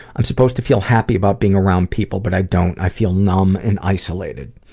i'm supposed to feel happy about being around people but i don't. i feel numb and isolated.